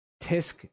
Tisk